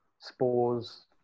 spores